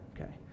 okay